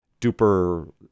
duper